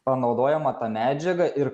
panaudojama ta medžiaga ir